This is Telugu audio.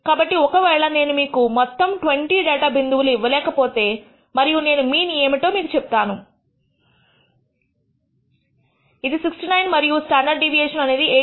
కాబట్టి ఒకవేళ నేను మీకు మొత్తం 20 డేటా బిందువులు ఇవ్వలేకపోతే మరియు నేను మీన్ ఏమిటో మీకు చెబుతాను ఇది 69 మరియు స్టాండర్డ్ డీవియేషన్ అనేది 8